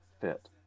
fit